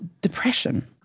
depression